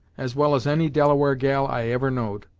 as well as any delaware gal i ever know'd.